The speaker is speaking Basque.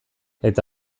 eta